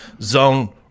zone